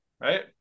right